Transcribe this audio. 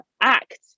act